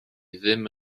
ddim